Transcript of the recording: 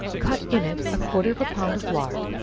cut in it a quarter of a pound of lard,